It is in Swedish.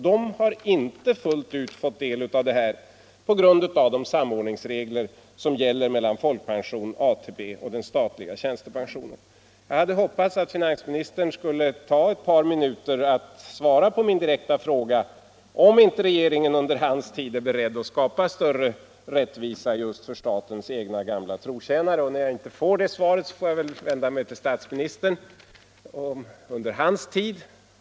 De har inte fullt ut fått del av detta på grund av de regler som gäller för samordning mellan folkpension, ATP och den statliga tjänstepensionen. Jag hade hoppats att finansministern skulle ta ett par minuter till att svara på min direkta fråga om inte regeringen under hans tid är beredd att skapa större rättvisa för statens egna trotjänare. När jag inte får svar av finansministern, får jag väl vända mig till statsministern och fråga om det kan tänkas ske under hans tid.